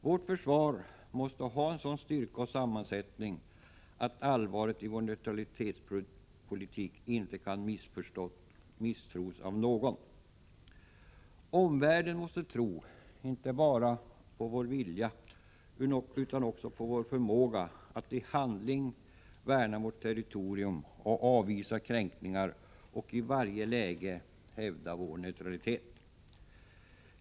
Vårt försvar måste ha en sådan styrka och sammansättning att allvaret i vår neutralitetspolitik inte kan misstros av någon. Omvärlden måste tro inte bara på vår vilja utan också på vår förmåga att i handling värna vårt territorium och avvisa kränkningar och i varje läge hävda vår neutralitet.